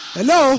Hello